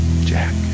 Jack